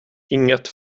inget